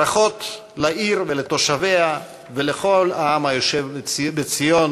ברכות לעיר ולתושביה, ולכל העם היושב בציון,